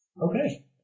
Okay